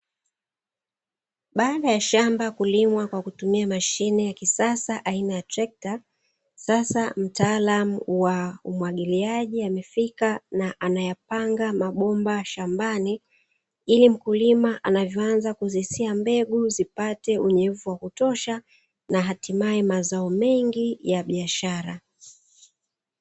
Baada ya shamba kulimwa kwa kutumia mashine ya kisasa aina ya trekta, sasa mtaalamu wa umwagiliaji amefika na anayapanga mabomba shambani, ili mkulima anavoanza kuzisia mbegu zipate unyevu wa kutosha na hatimae mazao mengi ya biashara.